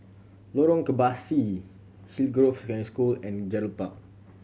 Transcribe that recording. Lorong Kebasi Hillgrove Secondary School and Gerald Park